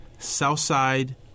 Southside